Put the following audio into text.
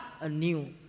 anew